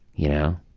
you know?